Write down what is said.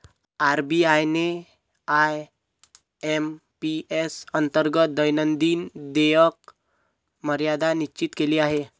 RBI ने IMPS अंतर्गत दैनंदिन देयक मर्यादा निश्चित केली आहे